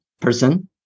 person